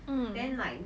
mm